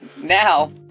Now